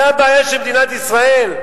זאת הבעיה של מדינת ישראל?